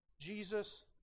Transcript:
Jesus